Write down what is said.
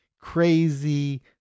crazy